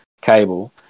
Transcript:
cable